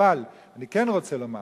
אבל אני כן רוצה לומר